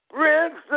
Prince